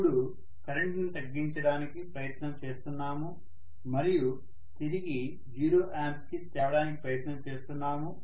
ఇపుడు కరెంటుని తగ్గించడానికి ప్రయత్నం చేస్తున్నాము మరియు తిరిగి 0A కి తేవడానికి ప్రయత్నం చేస్తున్నాము